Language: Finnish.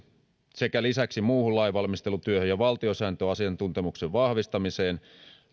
sekä lisäksi muuhun lainvalmistelutyöhön ja valtiosääntöasiantuntemuksen vahvistamiseen